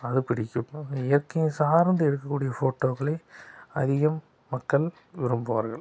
அது பிடிக்கும் ஆக இயற்கை சார்ந்து இருக்கக்கூடிய ஃபோட்டோக்களை அதிகம் மக்கள் விரும்புவார்கள்